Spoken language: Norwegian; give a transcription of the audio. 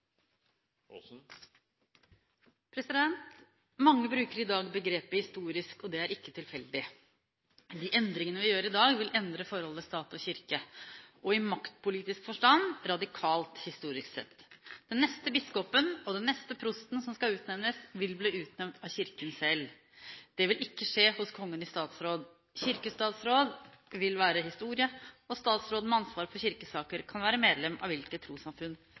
ikke tilfeldig. De endringene vi gjør i dag, vil endre forholdet stat–kirke i maktpolitisk forstand og radikalt historisk sett. Den neste biskopen og den neste prosten som skal utnevnes, vil bli utnevnt av Kirken selv. Det vil ikke skje hos Kongen i statsråd. Kirkestatsråd vil være historie, og statsråden med ansvar for kirkesaker kan være medlem av hvilket trossamfunn